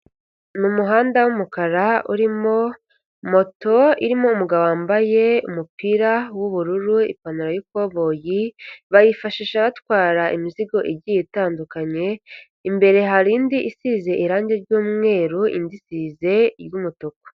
Ni umuhanda w'umukara urimo moto irimo umugabo wambaye umupira w'ubururu, ipantaro y'ikoboyi bayifashisha batwara imizigo igiye itandukanye, imbere hari indi isize irangi ry'umweru indisize iry'umutuku.